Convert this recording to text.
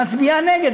מצביעה נגד,